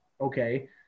okay